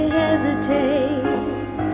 hesitate